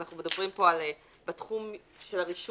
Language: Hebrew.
ואנחנו מדברים פה בתחום של הרישוי,